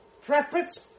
Preference